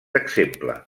exemple